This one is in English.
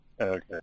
Okay